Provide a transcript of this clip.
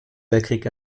weltkrieg